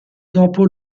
dopo